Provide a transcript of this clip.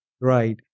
right